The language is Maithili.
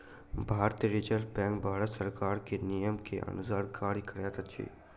भारतीय रिज़र्व बैंक भारत सरकार के नियम के अनुसार कार्य करैत अछि